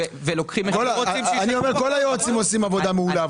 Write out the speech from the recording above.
כל היועצים עושים עבודה מעולה,